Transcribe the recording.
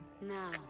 Now